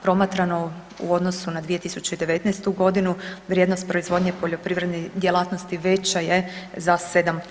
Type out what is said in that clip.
Promatrano u odnosu na 2019. g., vrijednost proizvodnje poljoprivrednih djelatnosti veća je za 7%